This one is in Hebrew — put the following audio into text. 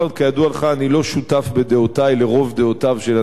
אני לא שותף בדעותי לרוב דעותיו של הנשיא פרס,